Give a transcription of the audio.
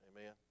Amen